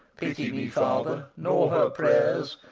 pity me, father! nor her prayers,